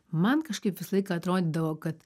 man kažkaip visą laiką atrodydavo kad